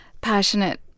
passionate